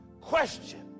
Question